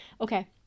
Okay